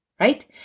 right